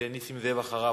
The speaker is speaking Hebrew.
וחבר הכנסת נסים זאב אחריו.